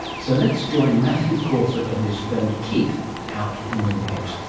so let's join matthew crawford and his friend keith out in the wet.